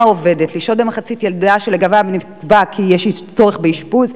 העובדת לשהות במחיצת ילדה שלגביו נקבע כי יש צורך באשפוז,